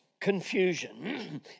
confusion